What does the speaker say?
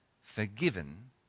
forgiven